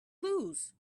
lose